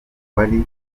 wari